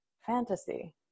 fantasy